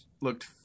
looked